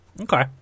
Okay